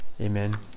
Amen